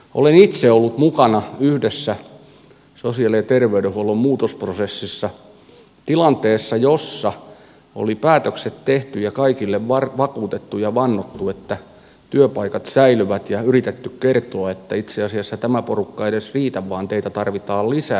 olen itse ollut mukana yhdessä sosiaali ja terveydenhuollon muutosprosessissa tilanteessa jossa oli päätökset tehty ja kaikille vakuutettu ja vannottu että työpaikat säilyvät ja yritetty kertoa että itse asiassa tämä porukka ei edes riitä vaan teitä tarvitaan lisää